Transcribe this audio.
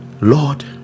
Lord